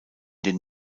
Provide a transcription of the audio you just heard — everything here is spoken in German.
den